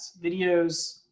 videos